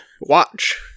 watch